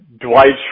Dwight